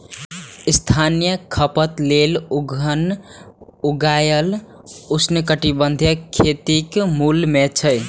स्थानीय खपत लेल खाद्यान्न उगेनाय उष्णकटिबंधीय खेतीक मूल मे छै